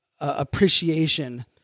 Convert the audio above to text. appreciation